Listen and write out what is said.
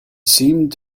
seemed